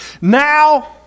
Now